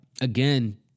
again